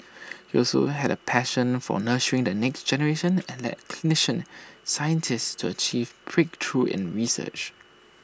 he also had A passion for nurturing the next generation and led clinician scientists to achieve breakthroughs in research